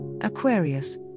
Aquarius